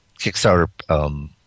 Kickstarter